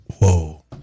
Whoa